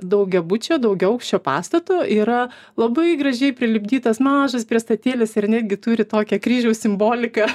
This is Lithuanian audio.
daugiabučio daugiaaukščio pastato yra labai gražiai prilipdytas mažas priestatėlis ir netgi turi tokią kryžiaus simboliką